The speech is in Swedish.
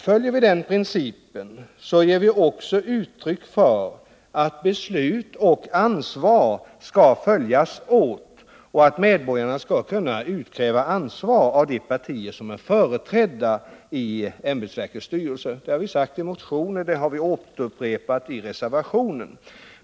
Följer vi den princip jag talar om ger vi också uttryck för att beslut och ansvar skall följas åt och att medborgarna skall kunna utkräva ansvar av de partier som är företrädda i ämbetsverkens styrelser. Det har vi sagt i motioner, och det har vi upprepat i reservationen.